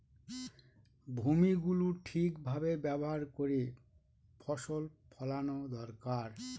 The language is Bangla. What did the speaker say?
ভূমি গুলো ঠিক ভাবে ব্যবহার করে ফসল ফোলানো দরকার